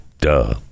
duh